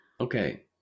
Okay